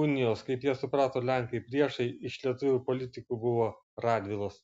unijos kaip ją suprato lenkai priešai iš lietuvių politikų buvo radvilos